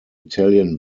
italian